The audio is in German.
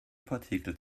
partikel